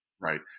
Right